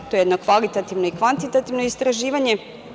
To je jedno kvalitativno i kvantitativno istraživanje.